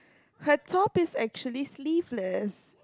her top is actually sleeveless